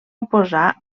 oposar